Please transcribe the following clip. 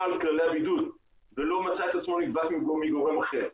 על כללי הבידוד ולא מצא את עצמו נדבק מגורם אחר.